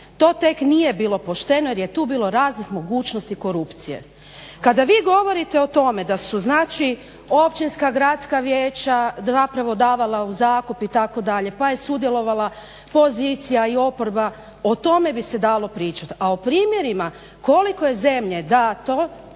To tek nije bilo pošteno jer je tu bilo raznih mogućnosti korupcije. Kada vi govorite o tome da su znači općinska, gradska vijeća zapravo davala u zakup itd. pa je sudjelovala pozicija i oporba o tome bi se dalo pričati. A o primjerima koliko je zemlje dato